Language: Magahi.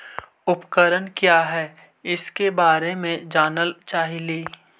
उपकरण क्या है इसके बारे मे जानल चाहेली?